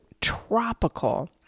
tropical